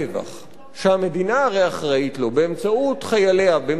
שהמדינה הרי אחראית לו באמצעות חייליה ובאמצעות אנשיה,